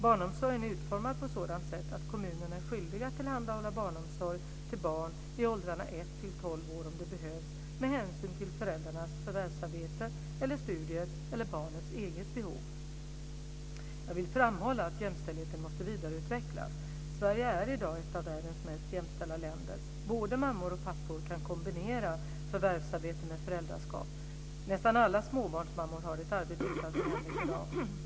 Barnomsorgen är utformad på sådant sätt att kommunerna är skyldiga att tillhandahålla barnomsorg till barn i åldrarna ett till tolv år om det behövs med hänsyn till föräldrarnas förvärvsarbete eller studier eller barnets eget behov. Jag vill framhålla att jämställdheten måste vidareutvecklas. Sverige är i dag ett av världens mest jämställda länder. Både mammor och pappor kan kombinera förvärvsarbete med föräldraskap. Nästan alla småbarnsmammor har ett arbete utanför hemmet i dag.